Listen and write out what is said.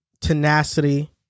tenacity